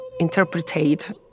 interpretate